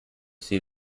see